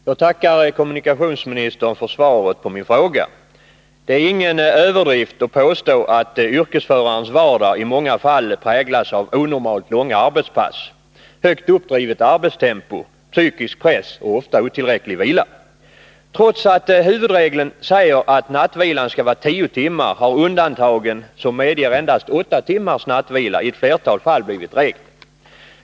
Herr talman! Jag tackar kommunikationsministern för svaret på min fråga. Det är ingen överdrift att påstå att yrkesförarens vardag i många fall präglas av onormalt långa arbetspass, högt uppdrivet arbetstempo, psykisk press och ofta otillräcklig vila. Trots att huvudregeln säger att nattvilan skall vara tio timmar har undantaget, som medger endast åtta timmars nattvila, i ett flertal fall blivit regel.